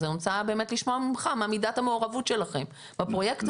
אז אני רוצה לשמוע ממך מה מידת המעורבות שלכם בפרויקט הזה.